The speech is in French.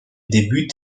débute